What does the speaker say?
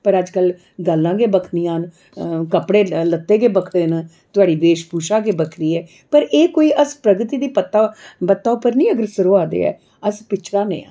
पर अज्जकल गल्लां गै बक्खरियां न कपड़े लत्ते गै बक्खरे न थुआढ़ी वेशभूशा गै बक्खरी ऐ पर एह् कोई अस प्रगति दी बत्ता बत्ता उप्पर नेईं अग्रसर होआ दे अस पिछड़ा दे न